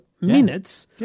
minutes